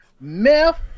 meth